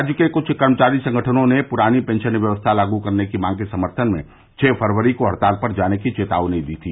राज्य के कुछ कर्मचारी संगठनों ने पुरानी पेंशन व्यवस्था लागू करने की मांग के समर्थन में छह फरवरी को हड़ताल पर जाने की चेतावनी दी थी